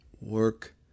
Work